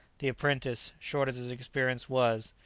the apprentice, short as his experience was,